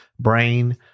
Brain